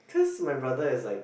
cause my brother is like